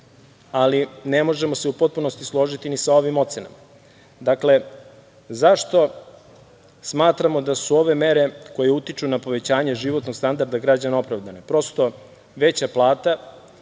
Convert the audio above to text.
ali ne možemo se u potpunosti složiti ni sa ovim ocenama. Dakle, zašto smatramo da su ove mere koje utiču na povećanje životnog standarda građana opravdane? Prosto, veća plata